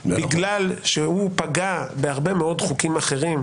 בגלל שהוא פגע בהרבה מאוד חוקים אחרים,